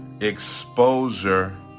exposure